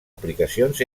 aplicacions